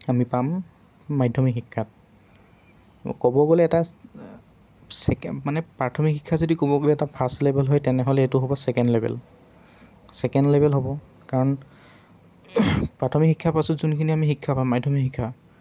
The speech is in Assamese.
আমি পাম মাধ্যমিক শিক্ষাত ক'ব গ'লে এটা চেকেণ্ড মানে প্ৰাথমিক শিক্ষা যদি ক'ব গ'লে এটা ফাৰ্ষ্ট লেভেল হয় তেনেহ'লে এইটো হ'ব ছেকেণ্ড লেভেল ছেকেণ্ড লেভেল হ'ব কাৰণ প্ৰাথমিক শিক্ষাৰ পাছত যোনখিনি আমি শিক্ষা পাম মাধ্যমিক শিক্ষা